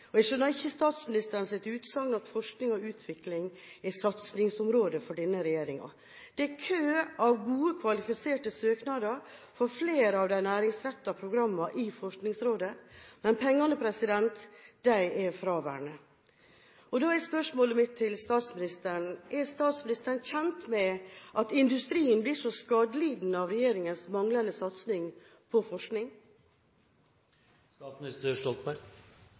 Jeg skjønner ikke statsministerens utsagn om at forskning og utvikling er et satsingsområde for denne regjeringen. Det er kø av gode, kvalifiserte søknader på flere av de næringsrettede programmene i Forskningsrådet, men pengene er fraværende. Mitt spørsmål til statsministeren er: Er statsministeren kjent med at industrien blir skadelidende av regjeringens manglende satsing på